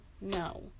no